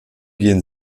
gehen